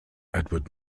edward